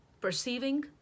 perceiving